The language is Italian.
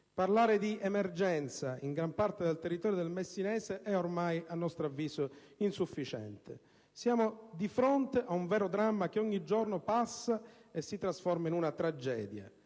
Parlare di emergenza in gran parte del territorio del Messinese è, ormai, insufficiente. Siamo di fronte a un vero dramma che ogni giorno che passa si trasforma in tragedia